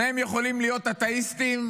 שניהם יכולים להיות אתיאיסטים,